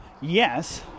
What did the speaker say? Yes